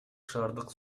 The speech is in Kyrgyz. шаардык